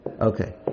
okay